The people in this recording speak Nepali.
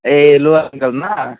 ए लो एङ्कलमा